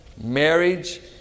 Marriage